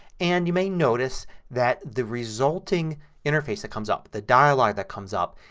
and you may notice that the resulting interface that comes up, the dialogue that comes up,